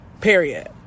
Period